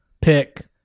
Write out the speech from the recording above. pick